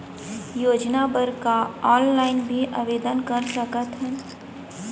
योजना बर का ऑनलाइन भी आवेदन कर सकथन?